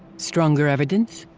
stronger evidence?